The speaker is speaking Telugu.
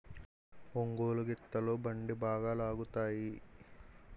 ఒంగోలు గిత్తలు బండి బాగా లాగుతాయి